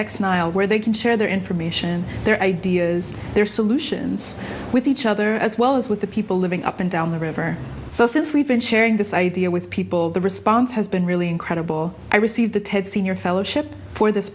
nihilo where they can share their information their ideas their solutions with each other as well as with the people living up and down the river so since we've been sharing this idea with people the response has been really incredible i received the ted senior fellowship for this